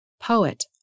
Poet